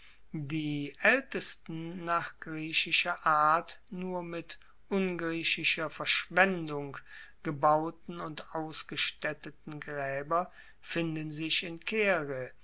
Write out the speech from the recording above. die aeltesten nach griechischer art nur mit ungriechischer verschwendung gebauten und ausgestatteten graeber finden sich in caere